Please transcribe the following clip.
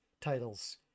titles